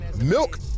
Milk